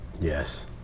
Yes